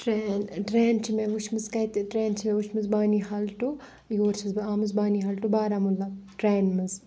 train train چھِ مےٚ وٕچھمٕژ کَتہِ ٹرین چھِ مےٚ وٕچھمٕژ بانی ہال ٹُو یور چھَس بہٕ آمٕژ بانِحال ٹُو بارہمولہ ٹرٛینہِ منٛز